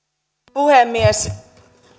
puhemies